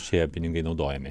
šie pinigai naudojami